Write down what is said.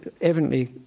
evidently